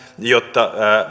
jotta